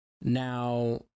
Now